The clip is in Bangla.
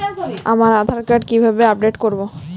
আমার আধার কার্ড কিভাবে আপডেট করব?